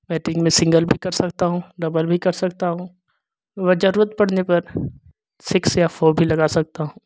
batting मै single भी कर सकता हूँ डबल भी कर सकता हूँ और जरुअत पड़ने पर सिक्स या फ़ोर भी लगा सकता हूँ